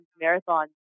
marathon